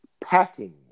packing